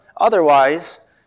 Otherwise